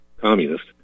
communist